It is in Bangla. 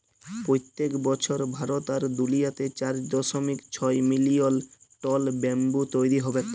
পইত্তেক বসর ভারত আর দুলিয়াতে চার দশমিক ছয় মিলিয়ল টল ব্যাম্বু তৈরি হবেক